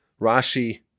rashi